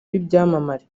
b’ibyamamare